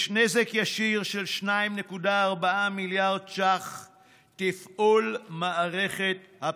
יש נזק ישיר של 2.4 מיליארד שקל על תפעול מערכת הבחירות,